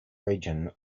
region